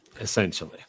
essentially